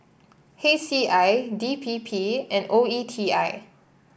H C I D P P and O E T I